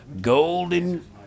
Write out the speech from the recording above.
Golden